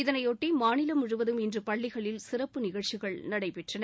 இதனையொட்டிமாநிலம் முழுவதும் இன்றுபள்ளிகளில் சிறப்பு நிகழ்ச்சிகள் நடைபெற்றன